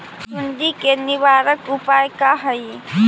सुंडी के निवारक उपाय का हई?